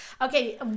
Okay